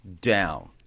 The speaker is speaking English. down